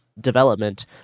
development